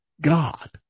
God